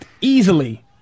easily